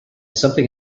something